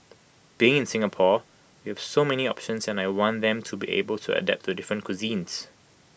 being in Singapore we have so many options and I want them to be able to adapt to different cuisines